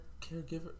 caregiver